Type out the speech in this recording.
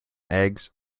eggs